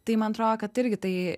tai man atrodo kad irgi tai